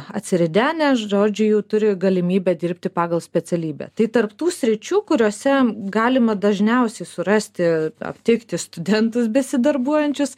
atsiridenę žodžiu jau turi galimybę dirbti pagal specialybę tai tarp tų sričių kuriose galima dažniausiai surasti aptikti studentus besidarbuojančius